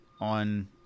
on-